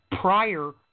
prior